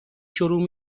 شروع